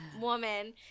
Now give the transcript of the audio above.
woman